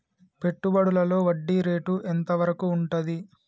పెట్టుబడులలో వడ్డీ రేటు ఎంత వరకు ఉంటది?